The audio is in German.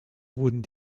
wurden